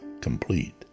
complete